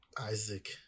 isaac